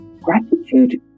Gratitude